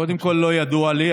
קודם כול, לא ידוע לי.